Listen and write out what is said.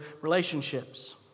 relationships